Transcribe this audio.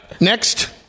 Next